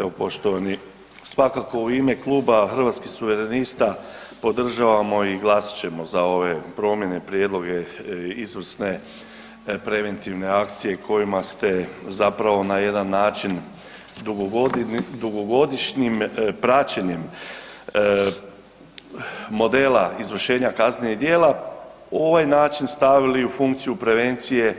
Evo poštovani, svakako u ime kluba Hrvatskih suverenista podržavamo i glasat ćemo za ove promijene, prijedloge, izvrsne preventivne akcije kojima ste zapravo na jedan način dugogodišnjim praćenjem modela izvršenja kaznenih djela, ovaj način stavili u funkciju prevencije